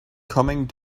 coming